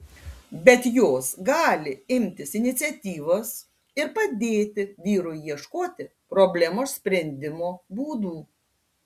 bet jos gali imtis iniciatyvos ir padėti vyrui ieškoti problemos sprendimo būdų